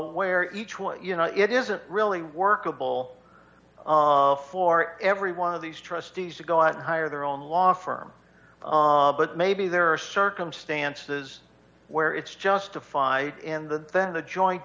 where each one you know it isn't really workable for every one of these trustees to go out and hire their own law firm but maybe there are circumstances where it's justified in the then the jo